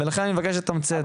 ולכן אני מבקש לתמצת,